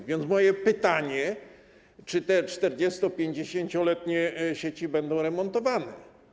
A więc moje pytanie: Czy te 40-, 50-letnie sieci będą remontowane?